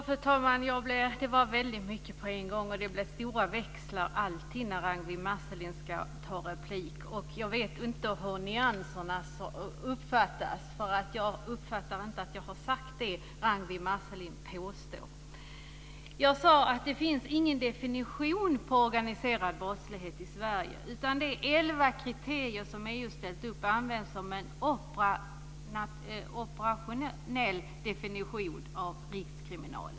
Fru talman! Det var mycket på en gång. Som alltid när Ragnwi Marcelind tar replik blir det överord, och jag vet inte hur nyanserna uppfattas. Jag uppfattar inte att jag har sagt det som Ragnwi Marcelind påstår. Jag sade att det inte finns någon definition på organiserad brottslighet i Sverige. De elva kriterier som EU har ställt upp används som en operationell definition av Rikskriminalen.